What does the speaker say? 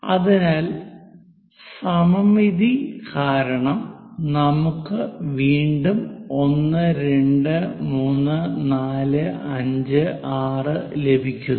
അതിനാൽ സമമിതി കാരണം നമുക്ക് വീണ്ടും 1 2 3 4 5 6 ലഭിക്കുന്നു